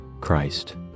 Christ